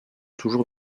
toujours